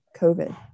COVID